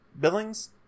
Billings